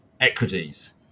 equities